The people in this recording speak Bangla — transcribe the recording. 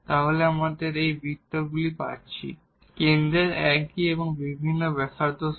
তাহলে আমরা এখানে বৃত্তগুলি পাচ্ছি কেন্দ্রের একই এবং ভিন্ন ব্যাসার্ধ সহ